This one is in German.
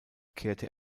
kehrte